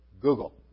Google